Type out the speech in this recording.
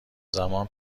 زمان